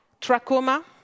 trachoma